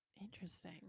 interesting